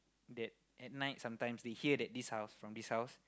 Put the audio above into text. that at night sometimes they hear that this house from this house